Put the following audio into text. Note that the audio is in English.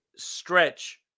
stretch